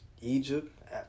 Egypt